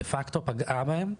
דה פקטור פגעה בהם.